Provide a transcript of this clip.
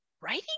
writing